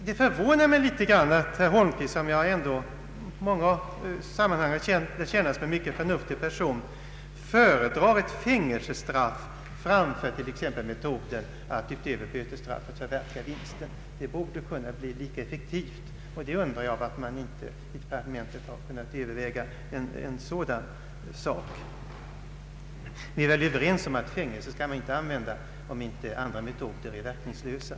Det förvånar mig litet grand att herr Holmqvist, som jag i många sammanhang lärt känna som en förnuftig person, föredrar ett fängelsestraff framför t.ex. metoden att komplettera bötesstraffet med indragning av vinsten på den lagstridiga verksamheten, något som ju kan bli lika effektivt. Jag undrar, varför man i departementet inte har kunnat överväga en sådan lösning. Vi är väl överens om att fängelsestraff inte bör utmätas i andra fall än då andra metoder är verkningslösa.